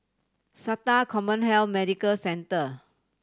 SATA CommHealth Medical Centre